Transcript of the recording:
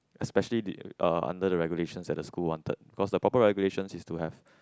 especially uh under the regulations that the school wanted cause the proper regulations is to have